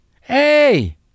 Hey